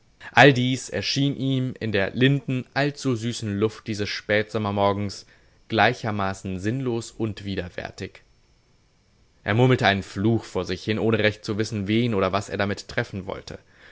all dies erschien ihm in der linden allzu süßen luft dieses spätsommermorgens gleichermaßen sinnlos und widerwärtig er murmelte einen fluch vor sich hin ohne recht zu wissen wen oder was er damit treffen wollte